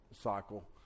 cycle